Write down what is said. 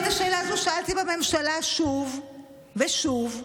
אני את השאלה הזו שאלתי בממשלה שוב ושוב ושוב,